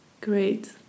Great